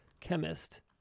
chemist